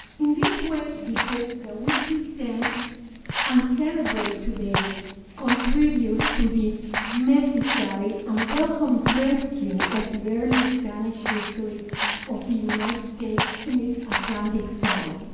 in this way, the book that we present and celebrate today contributes to the necessary and welcomed rescue of the early spanish history of the united states in its atlantic side.